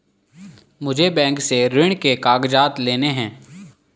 मुझे बैंक से ऋण के कागजात लाने हैं